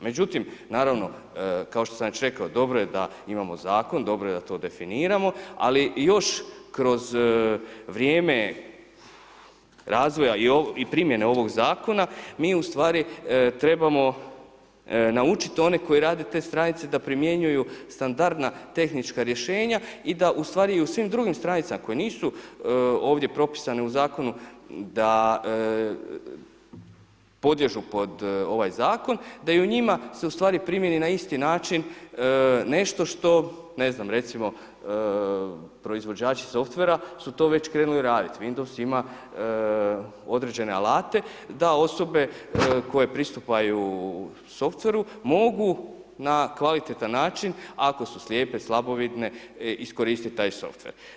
Međutim, naravno kao što sam već rekao, dobro je da imamo zakon, dobro je da to definiramo ali još kroz vrijeme razvoja i primjene ovog zakona, mi ustvari trebamo naučiti one koje rade te stranice da primjenjuju standardna tehnička rješenja i da u stvari u svih drugim stranicama koje nisu ovdje propisane u zakonu, da podliježu pod ovaj zakon, da i u njima se ustvari primjeni na isti način nešto što ne znam, recimo proizvođači softvera su to već krenuli raditi, Windows ima određene alate da osobe koje pristupaju softveru mogu na kvalitetan način ako su slijepe, slabovidne iskoristiti taj softver.